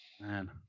man